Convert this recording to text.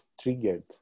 triggered